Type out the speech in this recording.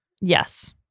yes